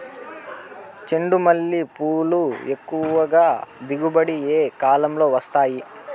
చెండుమల్లి పూలు ఎక్కువగా దిగుబడి ఏ కాలంలో వస్తాయి